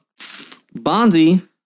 Bonzi